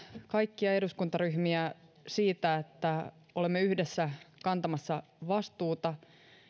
kaikkia eduskuntaryhmiä siitä että olemme yhdessä kantamassa vastuuta